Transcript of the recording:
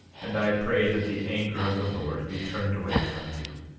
and i pray that the anger of the lord be turned away from you,